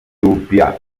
ulpià